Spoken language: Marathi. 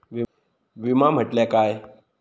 विमा म्हटल्या काय?